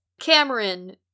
Cameron